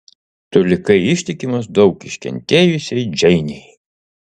tu likai ištikimas daug iškentėjusiai džeinei